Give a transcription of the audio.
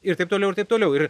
ir taip toliau ir taip toliau ir